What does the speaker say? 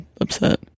upset